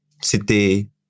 c'était